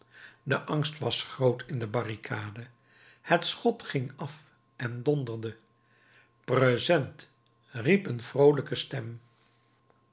de angst was groot in de barricade het schot ging af en donderde present riep een vroolijke stem